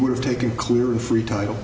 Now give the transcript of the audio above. would have taken clear and free title